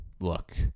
look